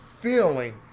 feeling